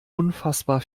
unfassbar